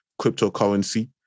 cryptocurrency